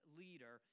leader